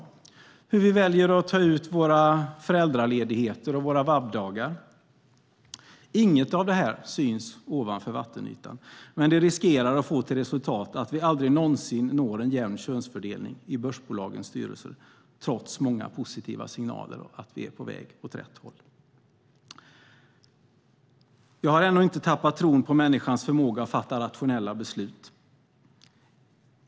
Det kan gälla sådant som hur vi väljer att ta ut föräldraledighet och VAB-dagar. Inget av detta syns ovan vattenytan, men det riskerar att få till resultat att vi aldrig någonsin når en jämn könsfördelning i börsbolagens styrelser, trots många positiva signaler om att vi är på väg åt rätt håll. Jag har ännu inte tappat tron på människans förmåga att fatta rationella beslut.